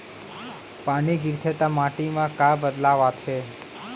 पानी गिरथे ता माटी मा का बदलाव आथे?